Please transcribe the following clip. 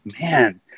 man